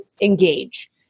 engage